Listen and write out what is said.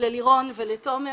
ללירון ולתומר,